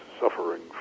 suffering